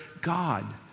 God